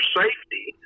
safety